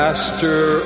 Master